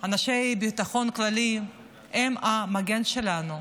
אנשי ביטחון כללי, הם המגן שלנו.